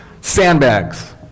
Sandbags